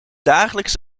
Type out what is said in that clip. dagelijks